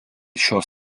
šios